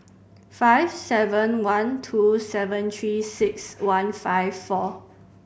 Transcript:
five seven one two seven Three Six One five four